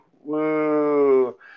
woo